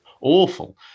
Awful